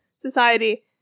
society